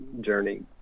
journey